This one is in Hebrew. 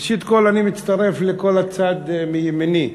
ראשית כול, אני מצטרף לכל הצד מימיני.